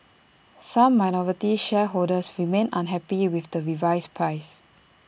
some minority shareholders remain unhappy with the revised price